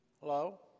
hello